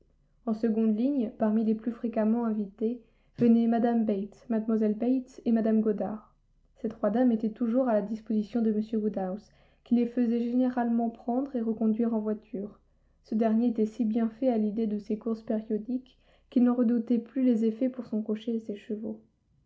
en seconde ligne parmi les plus fréquemment invitées venaient mme bates mlle bates et mme goddard ces trois dames étaient toujours à la disposition de m woodhouse qui les faisait généralement prendre et reconduire en voiture ce dernier était si bien fait à l'idée de ces courses périodiques qu'il n'en redoutait plus les effets pour son cocher et ses chevaux